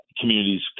communities